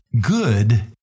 good